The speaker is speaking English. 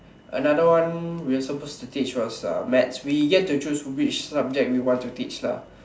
another one we are suppose to teach was uh maths we get to choose which subjects we want to teach lah